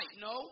No